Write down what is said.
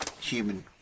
human